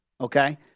okay